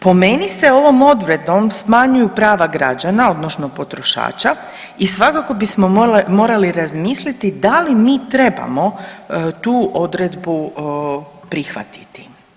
Po meni se ovom odredbom smanjuju prava građana, odnosno potrošača i svakako bismo mogli razmisliti da li mi trebamo tu odredbu prihvatiti.